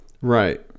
Right